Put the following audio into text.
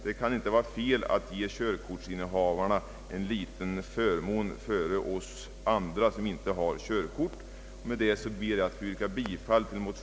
Det kan inte vara fel att ge körkortsinnehavarna en liten förmån framför oss andra som inte har körkort.